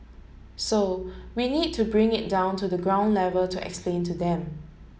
so we need to bring it down to the ground level to explain to them